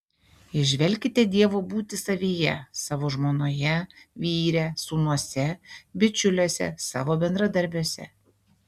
įžvelkite dievo būtį savyje savo žmonoje vyre sūnuose bičiuliuose savo bendradarbiuose